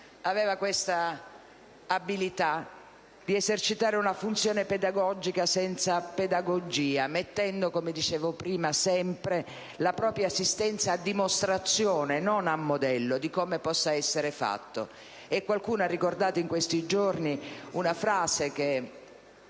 Aveva questa abilità di esercitare una funzione pedagogica senza pedagogia, mettendo sempre - come dicevo prima - la propria esistenza a dimostrazione, non a modello, di come possa essere fatto. Qualcuno ha ricordato in questi giorni una frase che